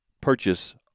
purchase